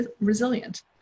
resilient